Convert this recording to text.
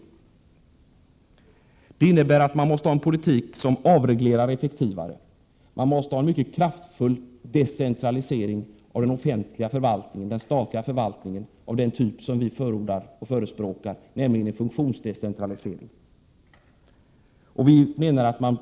Detta innebär att vi måste föra en politik som avreglerar effektivare, vi måste föra en mycket kraftfull decentralisering av den statliga förvaltningen på det sätt som vi föreslår, nämligen en funktionsdecentralisering.